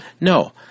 No